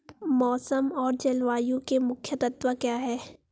मौसम और जलवायु के मुख्य तत्व क्या हैं?